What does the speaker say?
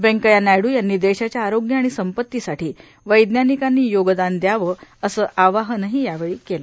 व्यंकय्या नायडू यांनी देशाच्या आरोग्य आणि संपत्तीसाठी वैज्ञानिकांनी योगदान घ्यावं असं आवाहनही यावेळी केलं